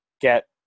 get